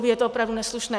Je to opravdu neslušné.